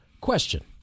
Question